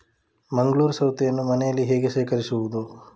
ಮಂಗಳೂರು ಸೌತೆಯನ್ನು ಮನೆಯಲ್ಲಿ ಹೇಗೆ ಶೇಖರಿಸುವುದು?